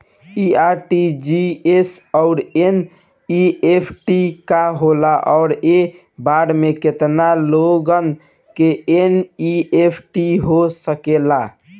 इ आर.टी.जी.एस और एन.ई.एफ.टी का होला और एक बार में केतना लोगन के एन.ई.एफ.टी हो सकेला?